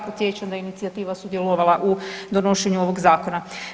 Podsjećam da je inicijativa sudjelovala u donošenju ovog Zakona.